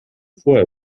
vorher